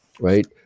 right